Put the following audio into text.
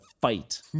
fight